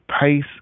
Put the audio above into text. pace